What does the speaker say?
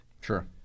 Sure